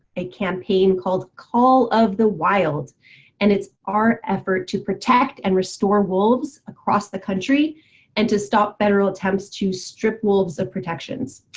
a campaign called call of the wild and it's our effort to protect and restore wolves across the country and to stop federal attempts to strip wolves of protections.